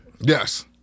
Yes